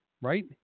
Right